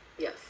Yes